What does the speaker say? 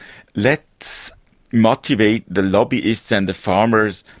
let's motivate the lobbyists and the farmers,